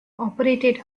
operated